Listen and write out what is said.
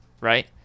right